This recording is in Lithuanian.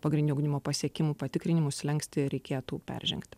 pagrindinio ugdymo pasiekimų patikrinimų slenkstį reikėtų peržengti